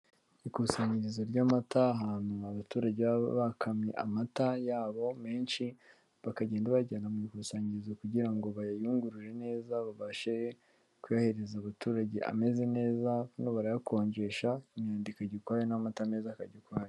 Ikusanyirizo ry'amata, ahantu abaturage baba bakamye amata yabo menshi, bakagenda bayajyana mu bikusanyirizo kugira ngo bayayungurure neza babashe kuyahereza abaturage ameze neza, hano barayakonjesha, imyanda ikajya ukwayo n'amata meza akajya ukwayo.